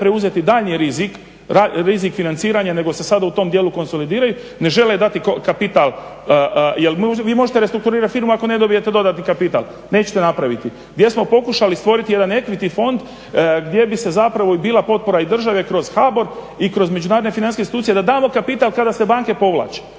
preuzeti daljnji rizik financiranja nego se sada u tom dijelu konsolidiraju ne žele dati kapital. Jel vi možete restrukturirati firmu ako ne dobijete dodatni kapital, nećete napraviti, gdje smo pokušali stvoriti jedan … fond gdje bi bila potpora i države kroz HBOR i kroz međunarodne financijske institucije da damo kapital kada se banke povlače.